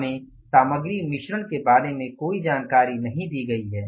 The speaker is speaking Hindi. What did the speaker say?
हमें सामग्री मिश्रण के बारे में कोई जानकारी नहीं दी गई है